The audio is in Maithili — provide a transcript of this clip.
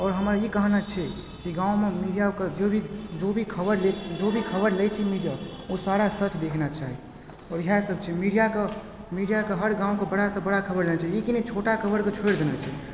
आओर हमर ई कहना छै जे गाँवमे मीडियाके जो भी जो भी खबर लै जो भी खबर लै छै मीडिया ओ सारा सच देखना चाही आओर इएह सब छै मीडियाके मीडियाके हर गाँवके बड़ा सँ बड़ा खबर लेना चाही ई कि नहि छोटा खबरके छोड़ि देने छै